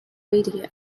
radio